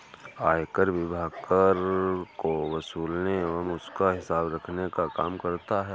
आयकर विभाग कर को वसूलने एवं उसका हिसाब रखने का काम करता है